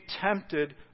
tempted